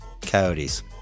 coyotes